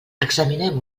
examinem